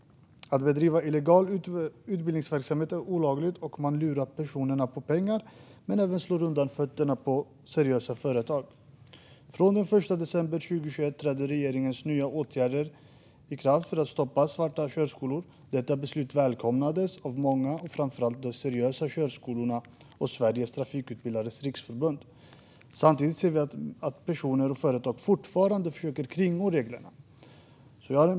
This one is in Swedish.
Att bedriva utbildningsverksamhet utan tillstånd är olagligt, och man lurar människor på pengar samt slår undan benen på seriösa företag. Den 1 december 2021 trädde regeringens nya åtgärder för att stoppa svarta körskolor i kraft. Detta beslut välkomnades av många, framför allt de seriösa körskolorna samt Sveriges Trafikutbildares Riksförbund. Samtidigt ser vi att personer och företag fortfarande försöker kringgå reglerna.